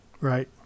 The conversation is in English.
Right